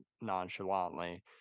nonchalantly